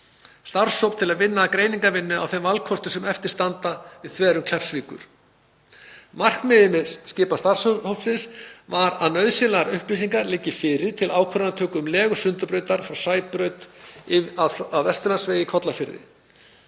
starfshóp til að vinna greiningarvinnu á þeim valkostum sem eftir standa við þverun Kleppsvíkur. Markmið með skipan starfshópsins var að nauðsynlegar upplýsingar liggi fyrir til ákvörðunartöku um legu Sundabrautar frá Sæbraut að Vesturlandsvegi í Kollafirði.